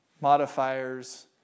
modifiers